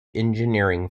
engineering